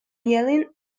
yelling